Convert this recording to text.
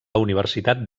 universitat